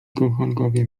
kochankowie